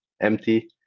empty